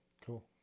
Cool